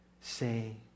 say